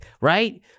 right